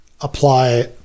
apply